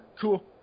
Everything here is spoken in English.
cool